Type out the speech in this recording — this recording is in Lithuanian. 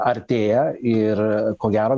artėja ir ko gero